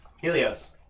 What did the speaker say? Helios